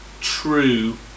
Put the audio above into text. true